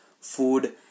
food